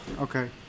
Okay